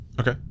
Okay